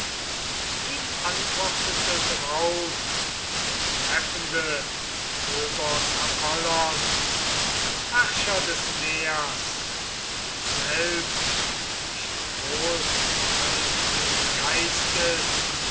ihm antwortete drauf der treffende phöbos apollon herrscher des meers dir selbst nicht wohlbehaltenes geistes